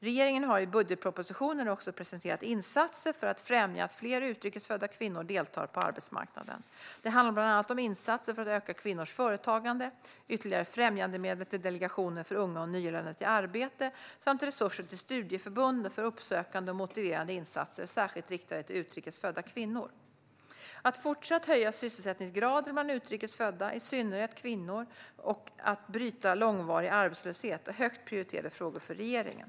Regeringen har i budgetpropositionen också presenterat insatser för att främja att fler utrikes födda kvinnor deltar på arbetsmarknaden. Det handlar bland annat om insatser för att öka kvinnors företagande, ytterligare främjandemedel till Delegationen för unga och nyanlända till arbete samt resurser till studieförbunden för uppsökande och motiverande insatser särskilt riktade till utrikes födda kvinnor. Att fortsatt höja sysselsättningsgraden bland utrikes födda, i synnerhet kvinnor, och att bryta långvarig arbetslöshet är högt prioriterade frågor för regeringen.